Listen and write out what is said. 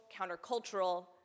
countercultural